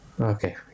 Okay